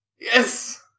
Yes